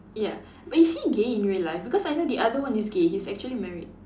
ya but is he gay in real life because I know the other one is gay he's actually married